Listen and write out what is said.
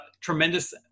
tremendous